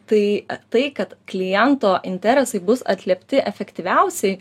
tai tai kad kliento interesai bus atliepti efektyviausiai